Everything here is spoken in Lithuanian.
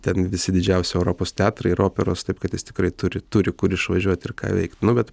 ten visi didžiausi europos teatrai ir operos taip kad jis tikrai turi turi kur išvažiuot ir ką veikt nu bet